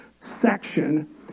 section